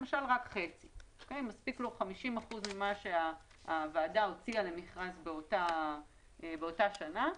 במכרז מספיק לו 50% ממה שהוועדה הציעה באותה שנה.